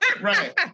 Right